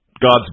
God's